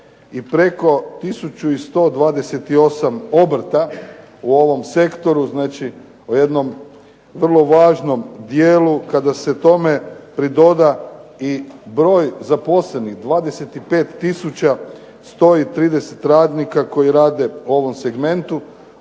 i preko tisuću 128 obrta u ovom sektoru znači u jednom vrlo važnom dijelu. Kada se tome pridoda i broj zaposlenih 25 tisuća 130 radnika koji rade u ovom segmentu,